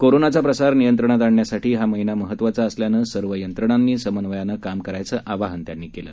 कोरोनाचा प्रसार नियंत्रणात आणण्यासाठी हा महिना महत्वाचा असल्यानं सर्व यंत्रणांनी समन्वयानं काम करायचं आवाहन त्यांनी केलं